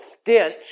stench